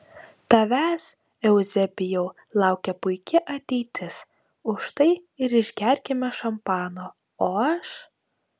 tavęs euzebijau laukia puiki ateitis už tai ir išgerkime šampano o aš